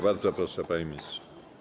Bardzo proszę, panie ministrze.